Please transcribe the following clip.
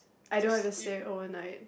I don't have to stay overnight